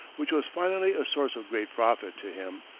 which was finally a source of great profit to him.